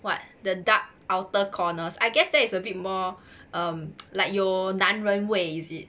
what the dark outer corners I guess that is a bit more like 有男人味 is it